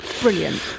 brilliant